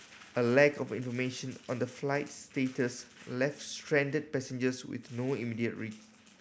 a lack of information on the flight's status left stranded passengers with no immediate